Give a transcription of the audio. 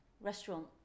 restaurant